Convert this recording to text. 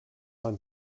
man